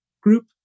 group